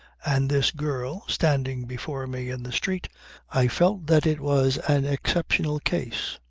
and this girl standing before me in the street i felt that it was an exceptional case.